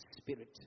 spirit